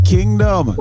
Kingdom